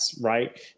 right